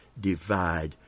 divide